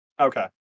Okay